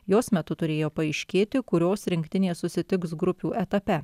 jos metu turėjo paaiškėti kurios rinktinės susitiks grupių etape